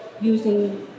using